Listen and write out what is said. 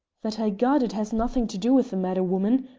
that i got it has nothing to do with the matter, woman.